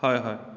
हय हय